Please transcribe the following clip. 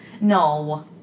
No